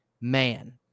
man